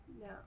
No